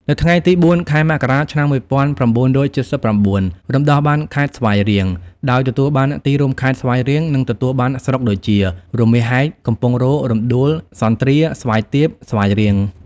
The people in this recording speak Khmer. នៅថ្ងៃទី ០៤ ខែមករា ឆ្នាំ ១៩៧៩ រំដោះបានខេត្តស្វាយរៀង ដោយទទួលបានទីរួមខេត្ត ស្វាយរៀង និងទទួលបានស្រុកដូចជា រមាសហែក កំពង់រោទិ៍ រំដួល សន្ទ្រា ស្វាយទាប ស្វាយរៀង។